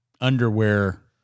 underwear